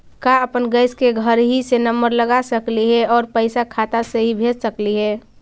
का अपन गैस के घरही से नम्बर लगा सकली हे और पैसा खाता से ही भेज सकली हे?